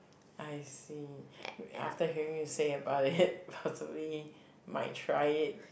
I see wait after hearing you say about it possibly might try it